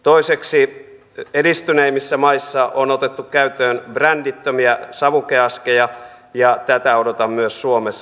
toiseksi edistyneimmissä maissa on otettu käyttöön brändittömiä savukeaskeja ja tätä odotan myös suomessa